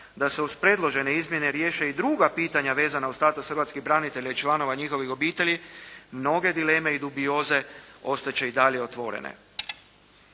da se uz predložene izmjene riješe i druga pitanja vezana uz status hrvatskih branitelja i članova njihovih obitelji, mnoge dileme i dubioze ostat će i dalje otvorene.